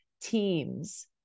teams